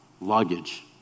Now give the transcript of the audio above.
luggage